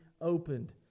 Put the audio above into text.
opened